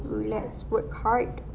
let's work hard